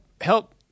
help